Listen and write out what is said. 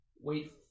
wait